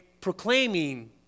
proclaiming